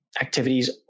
activities